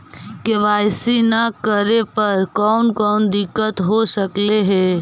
KYC न करे पर कौन कौन दिक्कत हो सकले हे?